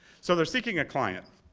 so they're seeking a client.